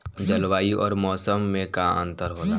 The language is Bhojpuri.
जलवायु और मौसम में का अंतर होला?